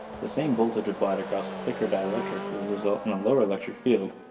the same voltage applied across a thicker dielectric will result in a lower electric field,